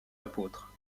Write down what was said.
apôtres